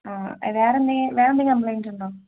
ആ വേറെ എന്തെങ്കിലും വേറെ എന്തെങ്കിലും കംപ്ലയിന്റ് ഉണ്ടോ